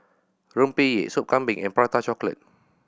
rempeyek Sop Kambing and Prata Chocolate